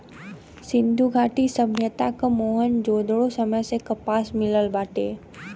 सिंधु घाटी सभ्यता क मोहन जोदड़ो समय से कपास मिलल बाटे